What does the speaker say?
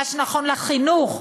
מה שנכון לחינוך,